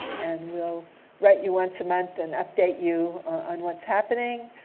and we'll write you once a month and update you on what's happening.